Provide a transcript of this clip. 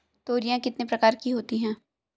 तोरियां कितने प्रकार की होती हैं?